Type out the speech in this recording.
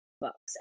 books